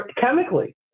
chemically